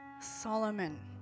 Solomon